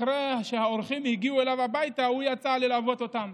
אחרי שהאורחים הגיעו אליו הביתה הוא יצא ללוות אותם,